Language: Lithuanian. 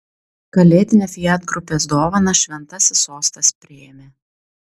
kalėdinę fiat grupės dovaną šventasis sostas priėmė